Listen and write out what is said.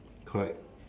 correct